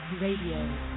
Radio